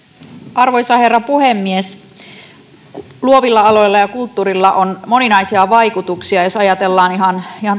arvoisa herra puhemies luovilla aloilla ja kulttuurilla on moninaisia vaikutuksia jos ajatellaan ihan